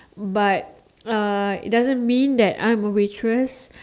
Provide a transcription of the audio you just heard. but uh it doesn't mean that I'm a waitress